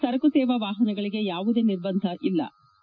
ಸರಕು ಸೇವಾ ವಾಹನಗಳಿಗೆ ಯಾವುದೇ ನಿರ್ಬಂಧ ಇರುವುದಿಲ್ಲ